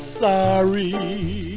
sorry